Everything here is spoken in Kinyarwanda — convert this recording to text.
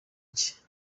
iki